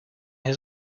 his